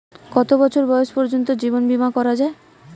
কত বছর বয়স পর্জন্ত জীবন বিমা করা য়ায়?